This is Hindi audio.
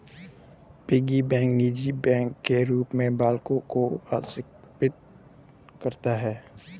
पिग्गी बैंक निजी बैंक के रूप में बालकों को आकर्षित करता है